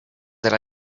that